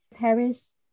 Harris